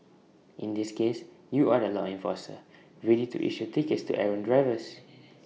in this case you are the law enforcer ready to issue tickets to errant drivers